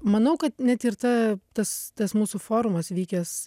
manau kad net ir ta tas tas mūsų forumas vykęs